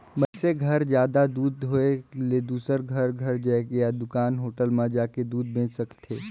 मइनसे घर जादा दूद के होय ले दूसर घर घर जायके या दूकान, होटल म जाके दूद बेंच सकथे